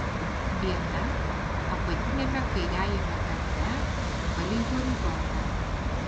viena apatiniame kairiajame kampe palei horizontą